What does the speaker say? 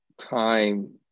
time